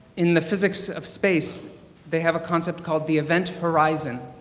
in the physics of space they have a concept called the event horizon.